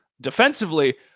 Defensively